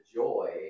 joy